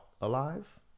alive